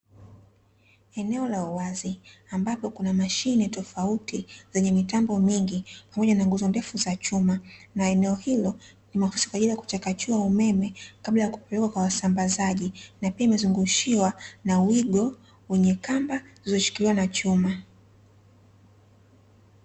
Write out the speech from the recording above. Eneo la uwazi ambapo kuna mashine tofauti zenye mitambo mingi pamoja na nguzo ndefu za chuma, na eneo hilo ni mahususi kwaajili ya kuchakachua umeme kabla ya kupelekwa kwa wasambazaji na pia imezungushiwa na wigo wenye kamba zilizoshikiliwa na chuma.